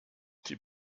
die